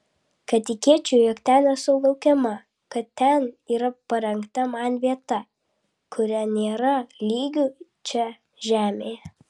kad tikėčiau jog ten esu laukiama kad ten yra parengta man vieta kuriai nėra lygių čia žemėje